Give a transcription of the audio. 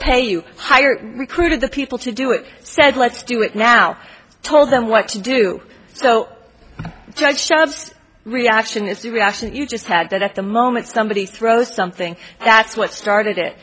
pay you higher recruited the people to do it said let's do it now told them what to do so judge shabbes reaction is the reaction you just had that at the moment somebody throws something that's what started it